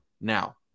now